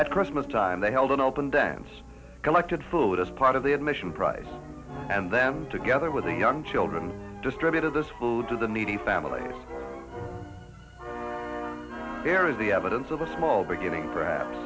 at christmas time they held an open dance collected food as part of the admission price and them together with the young children distributed this food to the needy family there is the evidence of a small beginning perhaps